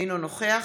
אינו נוכח